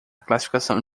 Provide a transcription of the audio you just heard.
classificação